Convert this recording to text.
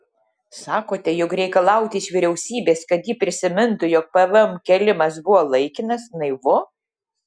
sakote jog reikalauti iš vyriausybės kad ji prisimintų jog pvm kėlimas buvo laikinas naivu